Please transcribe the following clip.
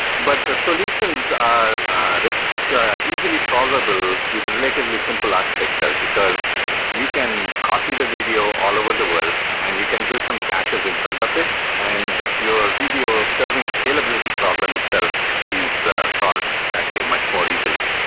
but the solutions are so easily solvable with relatively simple architecture, because you can copy the video all over the world, and you can build some caches in front of it. and your video serving scalability problem itself is solved that way much more easily.